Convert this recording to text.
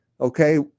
Okay